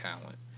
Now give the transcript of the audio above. talent